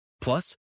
Plus